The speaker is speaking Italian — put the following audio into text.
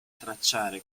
tracciare